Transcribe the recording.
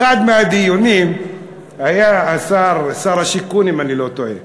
באחד הדיונים היה שר השיכון, אם אני לא טועה.